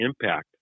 impact